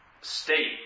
state